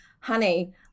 honey